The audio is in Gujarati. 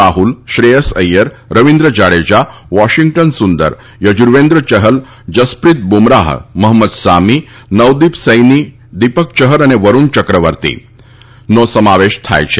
રાહ્લ શ્રેયસ અથ્યર રવિન્લ જાડેજા વોશિંગ્ટન સુંદર યજુર્વેન્ટ્ર ચહલ જસપ્રીત બુમરાહ મહંમદ સામી નવદીપ સૈની દીપક ચહલ અને વરૂણ ચક્રવર્તીનો સમાવેશ કરાયો છે